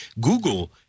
Google